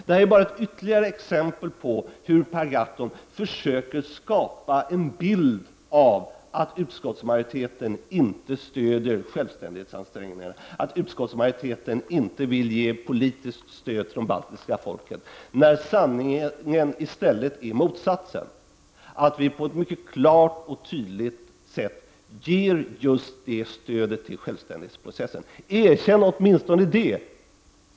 Det är bara ytterligare ett exempel på hur Per Gahrton försöker skapa en bild av att utskottsmajoriteten inte stöder självständighetsansträngningarna, att utskottsmajoriteten inte vill ge politiskt stöd till de baltiska folken, när sanningen i stället är motsatsen, att vi på ett mycket klart och tydligt sätt ger just det stödet till självständighetsprocessen. Erkänn åtminstone det!